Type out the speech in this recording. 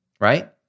right